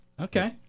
okay